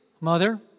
mother